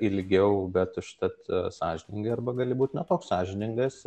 ilgiau bet užtat sąžiningai arba gali būt ne toks sąžiningas